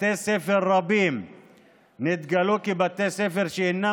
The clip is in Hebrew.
בתי ספר רבים נתגלו כבתי ספר שאינם